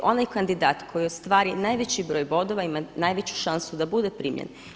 Onaj kandidat koji ostvari najveći broj bodova, ima najveću šansu da bude primljen.